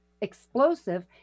explosive